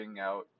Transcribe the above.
out